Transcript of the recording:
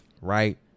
right